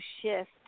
shift